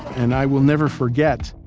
and i will never forget.